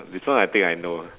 this one I think I know